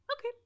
okay